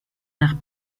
nach